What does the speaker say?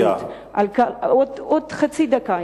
שיש לו השפעה עצומה מיידית" עוד חצי דקה,